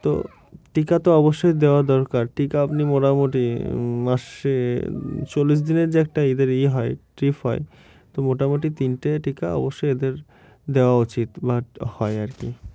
তো টিকা তো অবশ্যই দেওয়া দরকার টিকা আপনি মোটামুটি মাসে চল্লিশ দিনের যে একটা এদের ইয়ে হয় ট্রিপ হয় তো মোটামুটি তিনটে টিকা অবশ্যই এদের দেওয়া উচিত বাট হয় আর কি